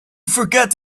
forget